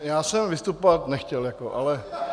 Já jsem vystupovat nechtěl jako ale...